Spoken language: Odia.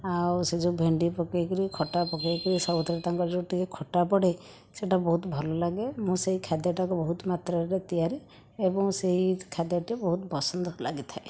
ଆଉ ସେ ଯେଉଁ ଭେଣ୍ଡି ପକାଇକରି ଖଟା ପକାଇକରି ସବୁଥିରେ ତାଙ୍କର ଯେଉଁ ଟିକେ ଖଟା ପଡ଼େ ସେ'ଟା ବହୁତ ଭଲ ଲାଗେ ମୁଁ ସେହି ଖାଦ୍ୟଟାକୁ ବହୁତ ମାତ୍ରାରେ ତିଆରେ ଏବଂ ସେଇ ଖାଦ୍ୟଟି ବହୁତ ପସନ୍ଦ ଲାଗିଥାଏ